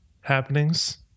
happenings